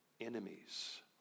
Enemies